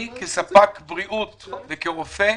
כספק בריאות וכרופא,